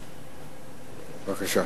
בבקשה.